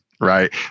right